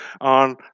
on